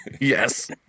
Yes